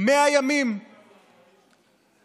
100 ימים, ולמה?